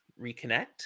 reconnect